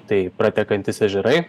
tai pratekantys ežerai